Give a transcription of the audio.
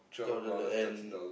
twelve dollar and